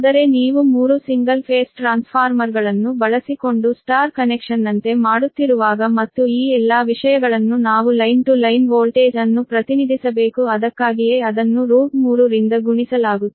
ಆದರೆ ನೀವು 3 single phase ಟ್ರಾನ್ಸ್ಫಾರ್ಮರ್ಗಳನ್ನು ಬಳಸಿಕೊಂಡು Y ಕನೆಕ್ಷನ್ನಂತೆ ಮಾಡುತ್ತಿರುವಾಗ ಮತ್ತು ಈ ಎಲ್ಲಾ ವಿಷಯಗಳನ್ನು ನಾವು ಲೈನ್ ಟು ಲೈನ್ ವೋಲ್ಟೇಜ್ ಅನ್ನು ಪ್ರತಿನಿಧಿಸಬೇಕು ಅದಕ್ಕಾಗಿಯೇ ಅದಕ್ಕಾಗಿಯೇ ಅದನ್ನು ರಿಂದ ಗುಣಿಸಲಾಗುತ್ತದೆ